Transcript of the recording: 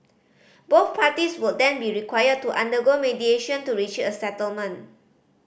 both parties would then be required to undergo mediation to reach a settlement